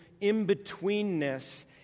in-betweenness